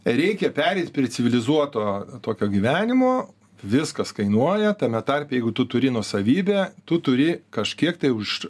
reikia pereit prie civilizuoto tokio gyvenimo viskas kainuoja tame tarpe jeigu tu turi nuosavybę tu turi kažkiek tai už